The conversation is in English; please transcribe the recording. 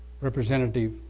representative